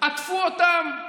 עטפו אותם,